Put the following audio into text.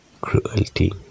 cruelty